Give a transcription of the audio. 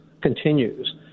continues